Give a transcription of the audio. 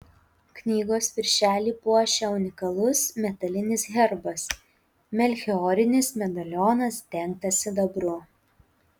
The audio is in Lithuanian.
knygos viršelį puošia unikalus metalinis herbas melchiorinis medalionas dengtas sidabru